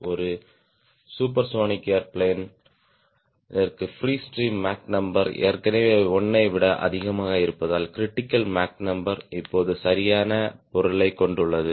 ஒரு சூப்பர்சோனிக் ஏர்பிளேன்ற்கு free stream Mach number ஏற்கனவே 1 ஐ விட அதிகமாக இருப்பதால் கிரிட்டிக்கல் மேக் நம்பர் இப்போது சரியான பொருளைக் கொண்டுள்ளது